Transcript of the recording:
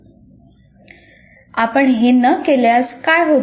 ' आपण हे न केल्यास काय होते